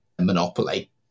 monopoly